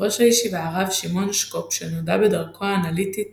ראש הישיבה הרב שמעון שקופ שנודע בדרכו האנליטית